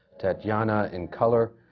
tatjana in color,